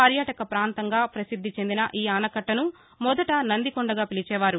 పర్యాటకప్రాంతంగా ప్రసిద్ది చెందిన ఈ ఆనకట్టను మొదట నందికొండగా పిలిచేవారు